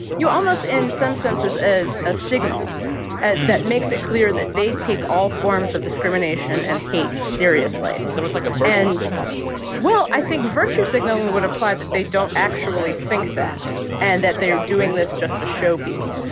you know, almost in some senses as a signal that makes it clear that they take all forms of discrimination and hate seriously so it's like a virtue. and. signaling well, i think virtue signaling would imply that they don't actually think that and that they're doing this just to show people.